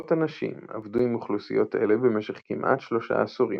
מאות אנשים עבדו עם אוכלוסיות אלה במשך כמעט שלושה עשורים.